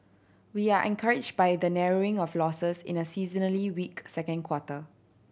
we are encouraged by the narrowing of losses in a seasonally weak second quarter